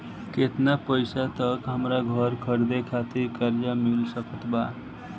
केतना पईसा तक हमरा घर खरीदे खातिर कर्जा मिल सकत बा?